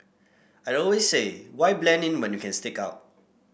I always say why blend in when you can stick out